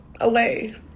away